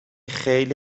خیلی